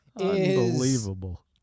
Unbelievable